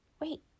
Wait